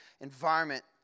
environment